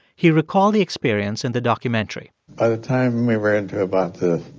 he recalled the experience in the documentary by the time we were into about the